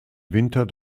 winter